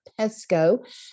pesco